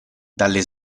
dalle